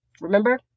remember